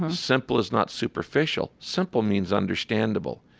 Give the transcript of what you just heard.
simple is not superficial. simple means understandable.